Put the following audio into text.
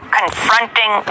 confronting